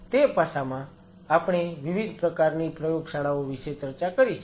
તેથી તે પાસામાં આપણે વિવિધ પ્રકારની પ્રયોગશાળાઓ વિશે ચર્ચા કરી છે